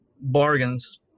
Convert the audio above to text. bargains